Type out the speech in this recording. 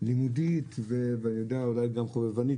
לימודית ואולי גם חובבנית